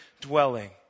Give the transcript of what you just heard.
dwelling